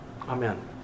Amen